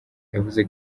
yavuze